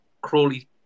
Crawley